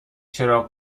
چراغ